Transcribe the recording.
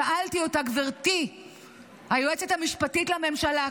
שאלתי אותה: גברתי היועצת המשפטית לממשלה,